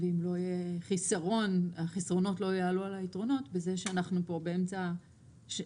ואם החסרונות לא יעלו על היתרונות בזה שאנחנו פה באמצע שנה